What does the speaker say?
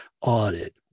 audit